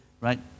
Right